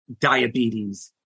diabetes